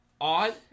odd